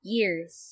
Years